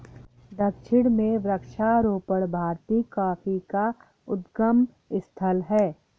दक्षिण में वृक्षारोपण भारतीय कॉफी का उद्गम स्थल है